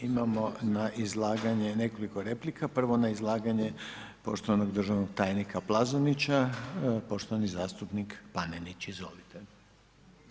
Imamo na izlaganje nekoliko replika, prvo na izlaganje poštovanog državnog tajnika Plazonića, poštovani zastupnik Panenić, izvolite.